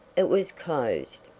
it was closed!